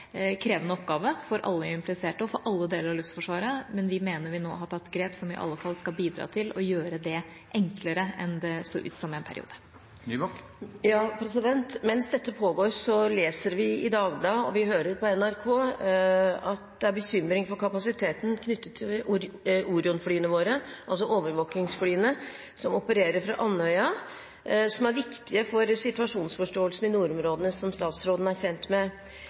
krevende oppgave for alle impliserte og for alle deler av Luftforsvaret, men vi mener vi nå har tatt grep som i alle fall skal bidra til å gjøre det enklere enn det så ut til en periode. Mens dette pågår, leser vi i Dagbladet og hører på NRK at det er bekymring for kapasiteten knyttet til Orion-flyene våre – overvåkingsflyene som opererer fra Andøya – som er viktige for situasjonsforståelsen i nordområdene, som statsråden er kjent med. Jeg har også sett oppslag med